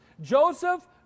Joseph